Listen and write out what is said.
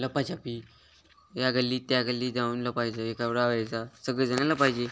लपाछपी या गल्ली त्या गल्ली जाऊन लपायचं एकावर डाव यायचा सगळेजणं लपायचे